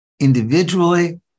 individually